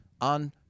on